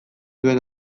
duen